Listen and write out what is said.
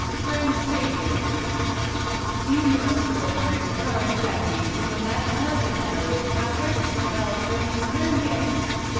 home stadium numerous former and current venues in eleven urban areas have hosted belgium's home games.